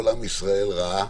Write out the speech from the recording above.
כל עם ישראל ראה